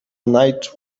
night